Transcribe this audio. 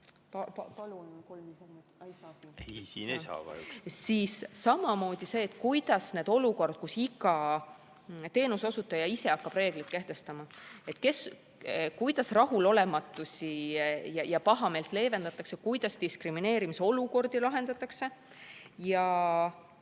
saa. Samamoodi see, kuidas lahendada olukordi, kus iga teenuseosutaja ise hakkab reegleid kehtestama? Kuidas rahulolematust ja pahameelt leevendatakse? Kuidas diskrimineerimise olukordi lahendatakse?